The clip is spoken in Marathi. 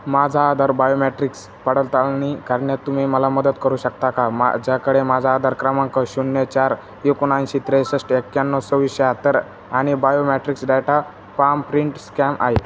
माझा आधार बायोमॅट्रिक्स पडताळणी करण्यात तुम्ही मला मदत करू शकता का माझ्याकडे माझा आधार क्रमांक शून्य चार एकोणऐंशी त्रेसष्ट एक्याण्णव सव्वीस शाहत्तर आणि biometrics data palm print scan आहे